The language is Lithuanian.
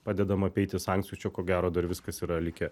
padedama apeiti sankcijų čia ko gero dar viskas yra likę